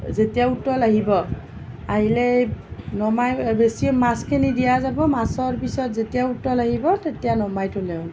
যেতিয়া উতল আহিব আহিলেই নমাই বেছি মাছখিনি দিয়া যাব মাছৰ পিছত যেতিয়া উতল আহিব তেতিয়া নমাই থলেই হ'ল